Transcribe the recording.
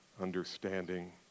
understanding